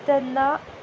तेन्ना